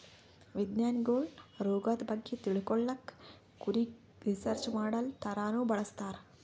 ವಿಜ್ಞಾನಿಗೊಳ್ ರೋಗದ್ ಬಗ್ಗೆ ತಿಳ್ಕೊಳಕ್ಕ್ ಕುರಿಗ್ ರಿಸರ್ಚ್ ಮಾಡಲ್ ಥರಾನೂ ಬಳಸ್ತಾರ್